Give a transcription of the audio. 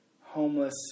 homeless